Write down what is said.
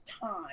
time